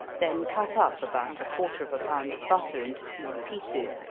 then cut up about a quarter of a pound of butter into small pieces,